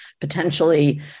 potentially